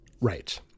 Right